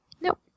Nope